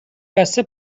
بسته